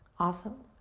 awesome.